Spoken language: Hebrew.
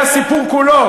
זה הסיפור כולו.